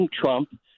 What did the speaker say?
Trump